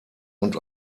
und